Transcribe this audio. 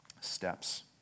steps